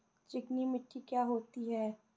चिकनी मिट्टी क्या होती है?